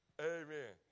Amen